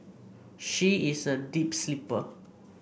she is a deep sleeper